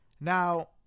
Now